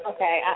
Okay